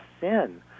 sin